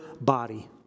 body